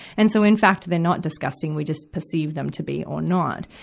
and so, in fact, they're not disgusting we just perceive them to be or not.